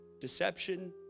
deception